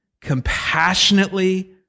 compassionately